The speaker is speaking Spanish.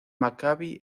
maccabi